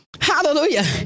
Hallelujah